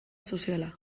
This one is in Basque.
soziala